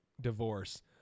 divorce